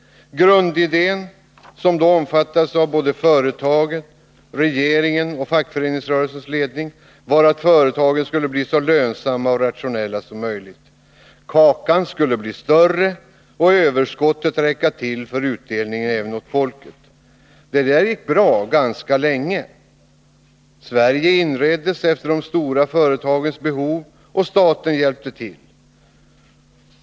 Grundidén, vilken omfattades av såväl företagen som regeringen och fackföreningsrörelsens ledning, var att företagen skulle bli så lönsamma och rationella som möjligt. Kakan skulle bli större och överskottet räcka till utdelning även åt folket. Det där gick bra ganska länge. Sverige inreddes efter de stora företagens behov, och staten hjälpte till.